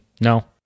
no